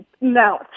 No